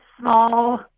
small